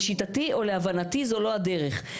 לשיטתי ולהבנתי זו לא הדרך,